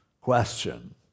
question